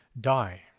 die